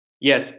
Yes